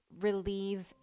relieve